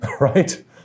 right